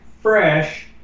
fresh